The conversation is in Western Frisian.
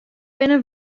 binne